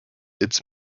its